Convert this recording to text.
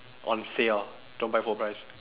on sale don't buy full price